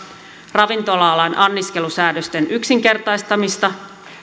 ravintola alan anniskelusäädösten yksinkertaistamista